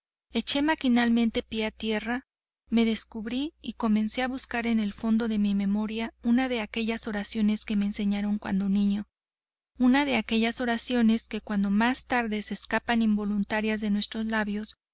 indefinible eché maquinalmente pie a tierra me descubrí y comencé a buscar en el fondo de mi memoria una de aquellas oraciones que me enseñaron cuando niño una de aquellas oraciones que cuando más tarde se escapan involuntarias de nuestros labios